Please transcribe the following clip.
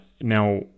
Now